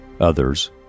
others